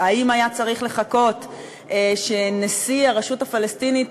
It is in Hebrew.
האם היה צריך לחכות שנשיא הרשות הפלסטינית,